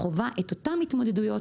אני חווה את אותן התמודדויות,